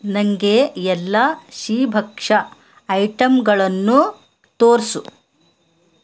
ನನಗೆ ಎಲ್ಲ ಸಿಹಿ ಭಕ್ಷ್ಯ ಐಟಂಗಳನ್ನೂ ತೋರಿಸು